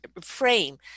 frame